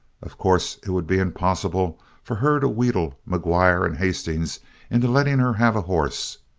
of course it would be impossible for her to wheedle mcguire and hastings into letting her have a horse,